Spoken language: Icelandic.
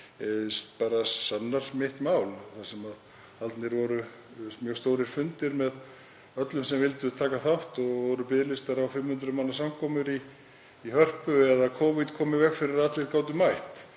sannar mitt mál. Haldnir voru mjög stórir fundir með öllum sem vildu taka þátt og voru biðlistar á 500 manna samkomur í Hörpu en Covid kom í veg fyrir að allir gætu mætt.